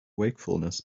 wakefulness